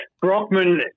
Brockman –